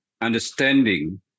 understanding